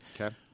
Okay